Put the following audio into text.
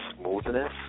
smoothness